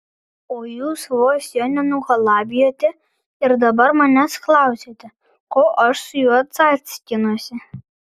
o jūs vos jo nenugalabijote ir dabar manęs klausiate ko aš su juo cackinuosi